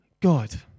God